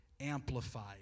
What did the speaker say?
Amplified